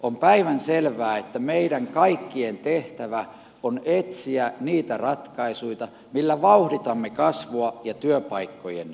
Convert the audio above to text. on päivänselvää että meidän kaikkien tehtävä on etsiä niitä ratkaisuja millä vauhditamme kasvua ja työpaikkojen syntymistä